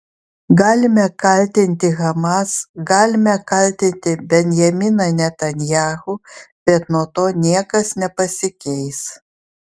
galime kaltinti hamas galime kaltinti benjaminą netanyahu bet nuo to niekas nepasikeis